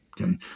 okay